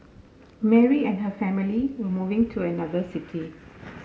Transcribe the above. Mary and her family were moving to another city